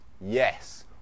Yes